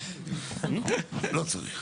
לא צריך.